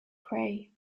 pray